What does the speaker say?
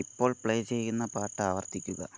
ഇപ്പോൾ പ്ലേ ചെയ്യുന്ന പാട്ട് ആവർത്തിക്കുക